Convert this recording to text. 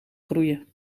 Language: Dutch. groeien